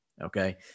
Okay